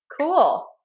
Cool